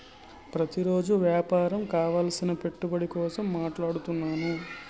ప్రతిరోజు వ్యాపారం కావలసిన పెట్టుబడి కోసం మాట్లాడుతున్నాను